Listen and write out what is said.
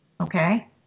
Okay